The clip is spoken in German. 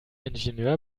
ingenieur